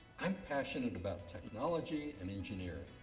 i'm passionate about technology and engineering.